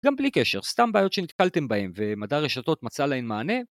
גם בלי קשר, סתם בעיות שנתקלתם בהן, ומדע הרשתות מצא להן מענה.